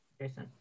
jason